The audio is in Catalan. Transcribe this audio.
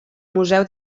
museu